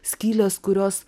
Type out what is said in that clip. skylės kurios